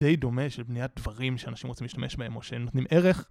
די דומה של בניית דברים שאנשים רוצים להשתמש בהם או שנותנים ערך.